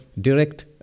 direct